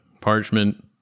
parchment